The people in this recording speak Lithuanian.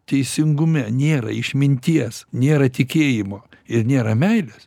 teisingume nėra išminties nėra tikėjimo ir nėra meilės